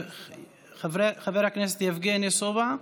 חבר הכנסת יבגני סובה?